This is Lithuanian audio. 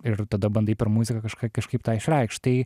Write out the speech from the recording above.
ir tada bandai per muziką kažką kažkaip tą išreikšt tai